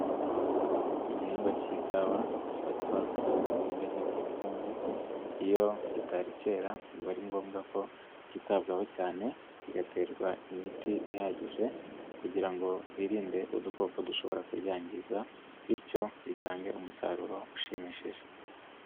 Igihingwa k'ikawa gifatwa nka kimwe mu bihingwa ngengwabukungu, iyo kitari cyera biba ari ngombwa ko cyitabwaho cyane, kigaterwa imiti ihagije kugira ngo birinde udukoko dushobora kuryangiza bityo bitange umusaruro ushimishije.